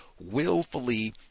willfully